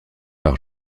par